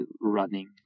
running